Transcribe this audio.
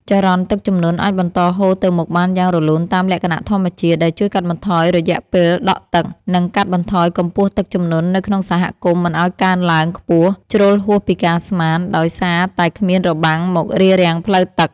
ចរន្តទឹកជំនន់អាចបន្តហូរទៅមុខបានយ៉ាងរលូនតាមលក្ខណៈធម្មជាតិ ដែលជួយកាត់បន្ថយរយៈពេលដក់ទឹក និងកាត់បន្ថយកម្ពស់ទឹកជំនន់នៅក្នុងសហគមន៍មិនឱ្យកើនឡើងខ្ពស់ជ្រុលហួសពីការស្មាន ដោយសារតែគ្មានរបាំងមករារាំងផ្លូវទឹក។